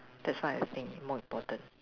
that's what I think more important